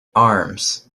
arms